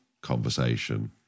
conversation